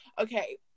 Okay